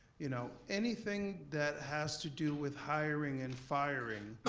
you know anything that has to do with hiring and firing